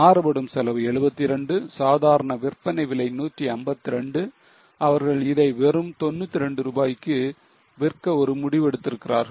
மாறுபடும் செலவு 72 சாதாரண விற்பனை விலை 152 அவர்கள் இதை வெறும் 92 ரூபாய்க்கு விற்க ஒரு முடிவு எடுத்திருக்கிறார்கள்